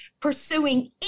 pursuing